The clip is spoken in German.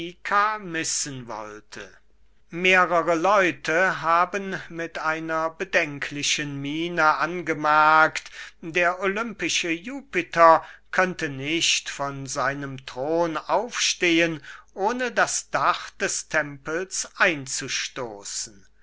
missen wollte mehrere leute haben mit einer bedenklichen miene angemerkt der olympische jupiter könnte nicht von seinem thron aufstehen ohne das dach des tempels einzustoßen